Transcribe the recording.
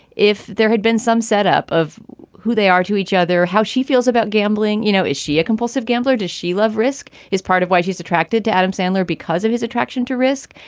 if there had been some setup of who they are to each other, how she feels about gambling, you know, is she a compulsive gambler? does she love risk? is part of why she's attracted to adam sandler because of his attraction to risk.